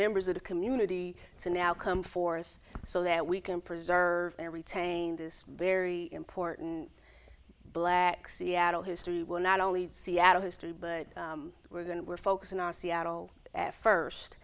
members of the community to now come forth so that we can preserve and retain this very important black seattle history will not only seattle history but we're going we're focusing on seattle at first